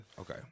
okay